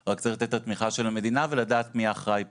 רק שצריך לתת את התמיכה של המדינה ולדעת מי האחראי פה.